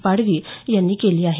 पाडवी यांनी केली आहे